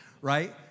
right